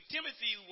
Timothy